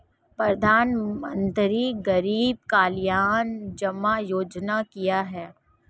प्रधानमंत्री गरीब कल्याण जमा योजना क्या है?